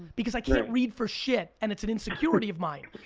because i can't read for shit and it's an insecurity of mine.